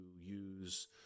use